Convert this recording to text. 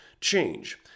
change